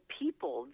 people